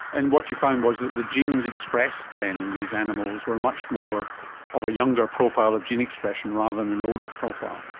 and what you found was that the genes expressed then in these animals were much more of a younger profile of gene expression rather than an older profile.